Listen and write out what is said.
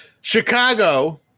Chicago